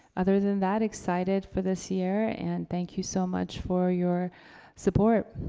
other than that, excited for this year and thank you so much for your support.